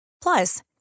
Plus